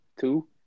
Two